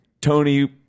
Tony